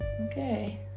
okay